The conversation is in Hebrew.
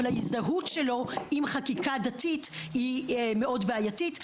אבל ההזדהות שלו עם חקיקה דתית היא מאוד בעייתית,